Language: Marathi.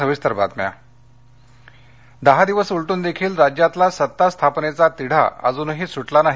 सरकार दहा दिवस उलटून देखील राज्यातला सत्ता स्थापनेचा तिढा अजूनही सुटला नाही